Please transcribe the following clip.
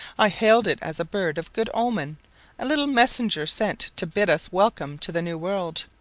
i hailed it as a bird of good omen a little messenger sent to bid us welcome to the new world,